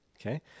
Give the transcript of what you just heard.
Okay